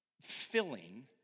filling